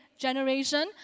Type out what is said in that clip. Generation